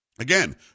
Again